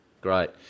great